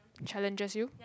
challenges you